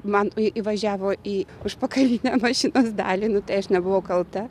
man į įvažiavo į užpakalinę mašinos dalį nu tai aš nebuvau kalta